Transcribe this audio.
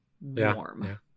Warm